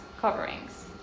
coverings